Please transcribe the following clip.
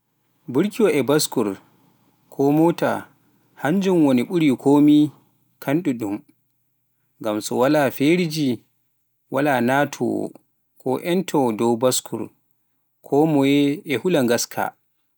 Burkiwa e baskur koo moota hannjun woni ɓuri komi kaandudum, ngam so walaa fereeji walaa nnatowoo ko ntowo dow baskur, konmoye e hula ngaska.